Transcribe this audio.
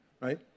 right